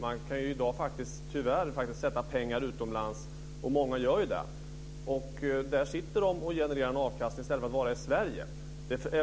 Man kan i dag tyvärr placera pengar utomlands, vilket många gör, och där ligger de och genererar en avkastning i stället för att vara i Sverige.